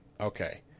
okay